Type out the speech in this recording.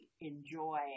enjoy